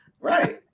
Right